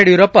Yediyurappa